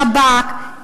שב"כ,